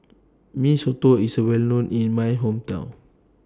Mee Soto IS A Well known in My Hometown